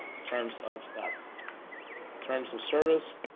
terms of that terms of service,